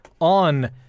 on